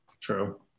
True